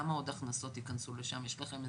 כמה עוד הכנסות ייכנסו לשם, יש לכם הערכה?